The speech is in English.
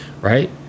Right